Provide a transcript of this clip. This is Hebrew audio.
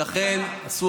אבל לא עשיתם שום דבר.